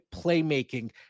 playmaking